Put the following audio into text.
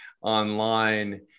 online